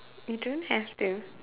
you don't have to